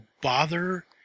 bother